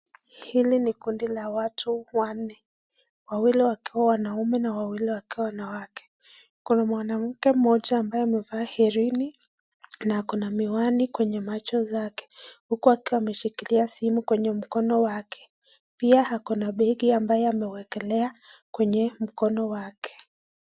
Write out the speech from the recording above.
Hili ni kundi la watu wanne wawili wakiwa wanaume na wawili wakiwa wanawake, kuna mwanamke moja ambaye amevaa herini na akona miwani kwenye macho zake, huku akiwa ameshikilia simu kwenye mkono pia akona baki amewekelea kwenye mkono wake.